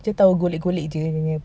dia tahu golek golek jer